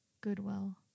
Goodwill